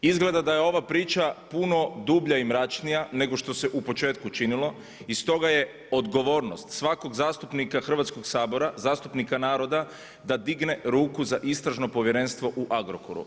Izgleda da je ova priča puno dublja i mračnija nego što se u početku činilo i stoga je odgovornost svakog zastupnika Hrvatskog sabora, zastupnika naroda da digne ruku za Istražno povjerenstvo u Agrokoru.